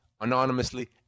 anonymously